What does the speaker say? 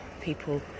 people